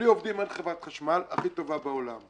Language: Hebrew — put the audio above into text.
בלי עובדים אין חברת חשמל הכי טובה בעולם.